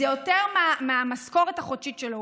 זה יותר מהמשכורת החודשית שלו,